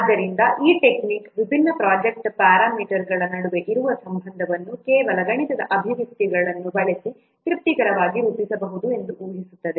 ಆದ್ದರಿಂದ ಈ ಟೆಕ್ನಿಕ್ ವಿಭಿನ್ನ ಪ್ರೊಜೆಕ್ಟ್ ಪ್ಯಾರಾಮೀಟರ್ಗಳ ನಡುವೆ ಇರುವ ಸಂಬಂಧವನ್ನು ಕೆಲವು ಗಣಿತದ ಅಭಿವ್ಯಕ್ತಿಗಳನ್ನು ಬಳಸಿ ತೃಪ್ತಿಕರವಾಗಿ ರೂಪಿಸಬಹುದು ಎಂದು ಊಹಿಸುತ್ತದೆ